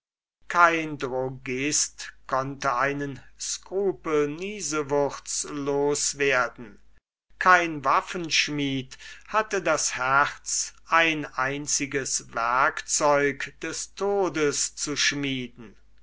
kein drogist konnte einen scrupel niesewurz los werden kein waffenschmied hatte das herz ein einziges werkzeug des todes zu schmieden